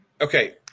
Okay